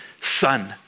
Son